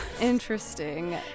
Interesting